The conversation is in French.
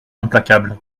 implacable